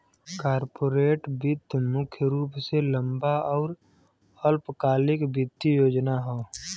corporate वित्त मुख्य रूप से लंबा आउर अल्पकालिक वित्तीय योजना हौ